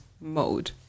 mode